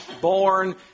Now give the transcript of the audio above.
born